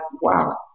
wow